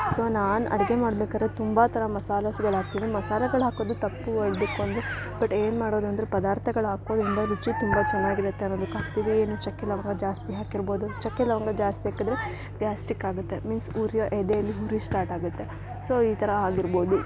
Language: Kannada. ಸೊ ನಾನು ಅಡಿಗೆ ಮಾಡ್ಬೇಕಾದ್ರೆ ತುಂಬ ಥರ ಮಸಾಲೆಗಳ್ ಹಾಕ್ತಿನಿ ಮಸಾಲೆಗಳ್ ಹಾಕೋದು ತಪ್ಪು ಹೇಳಬೇಕು ಅಂದರೆ ಬಟ್ ಏನು ಮಾಡೋದು ಅಂದ್ರೆ ಪದಾರ್ಥಗಳ್ ಹಾಕೋದ್ರಿಂದ ರುಚಿ ತುಂಬ ಚೆನ್ನಾಗಿರತ್ತೆ ಅನ್ನೋದಕ್ ಹಾಕ್ತಿವಿ ಏನು ಚಕ್ಕೆ ಲವಂಗ ಜಾಸ್ತಿ ಹಾಕಿರ್ಬೊದು ಚಕ್ಕೆ ಲವಂಗ ಜಾಸ್ತಿ ಹಾಕಿದ್ರೆ ಗ್ಯಾಸ್ಟಿಕ್ ಆಗುತ್ತೆ ಮಿನ್ಸ್ ಉರಿಯ ಎದೆಲ್ಲಿ ಉರಿ ಸ್ಟಾರ್ಟ್ ಆಗುತ್ತೆ ಸೊ ಈ ಥರ ಆಗಿರ್ಬೋದು